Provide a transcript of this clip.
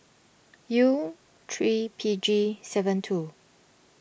U three P G seven two